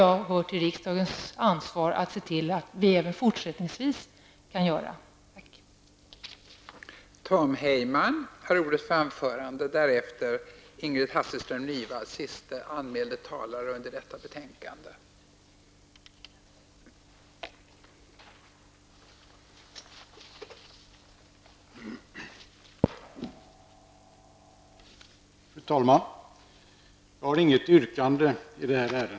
Jag tycker att riksdagen har ett ansvar för att se till att vi även fortsättningsvis kan göra det.